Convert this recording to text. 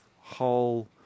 whole